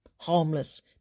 Harmless